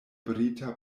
brita